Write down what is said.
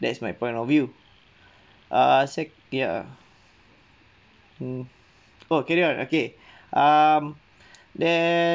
that's my point of view err sec ya mm oh carry on okay um there